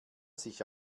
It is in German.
sich